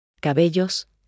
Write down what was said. cabellos